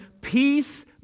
Peace